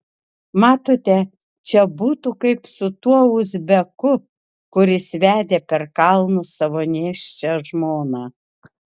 matote čia būtų kaip su tuo uzbeku kuris vedė per kalnus savo nėščią žmoną